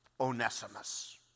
Onesimus